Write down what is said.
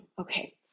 Okay